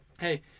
Hey